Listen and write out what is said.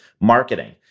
marketing